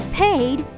paid